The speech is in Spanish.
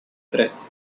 tres